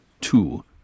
two